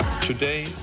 Today